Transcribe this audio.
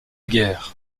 guerre